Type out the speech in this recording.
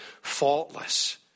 faultless